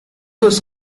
was